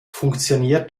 funktioniert